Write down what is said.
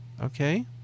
Okay